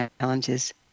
challenges